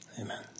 Amen